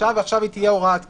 ועכשיו היא תהיה הוראת קבע.